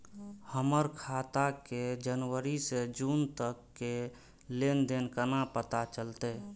हमर खाता के जनवरी से जून तक के लेन देन केना पता चलते?